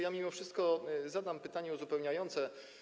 Ja mimo wszystko zadam pytanie uzupełniające.